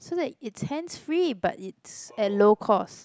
so that it's hands free but it's at low cost